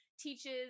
teaches